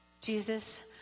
Jesus